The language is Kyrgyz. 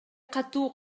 катуу